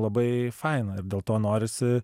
labai faina ir dėl to norisi